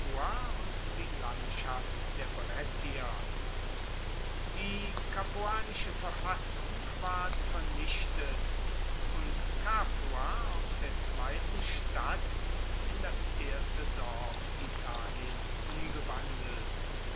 und die landschaft der brettier die capuanische verfassung ward vernichtet und capua aus der zweiten stadt in das erste dorf italiens umgewandelt